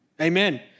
Amen